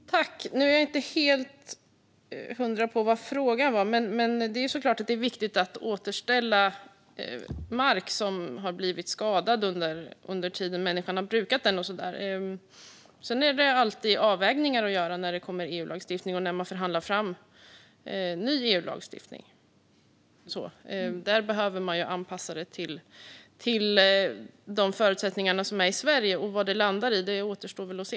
Fru talman! Jag är inte helt hundra på vad frågan gick ut på. Men det är såklart viktigt att återställa mark som har blivit skadad under tiden människan har brukat den. Sedan får man alltid göra avvägningar när det kommer EU-lagstiftning och när man förhandlar fram ny EU-lagstiftning. Man behöver anpassa den till de förutsättningar som finns i Sverige. Vad det landar i återstår att se.